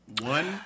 One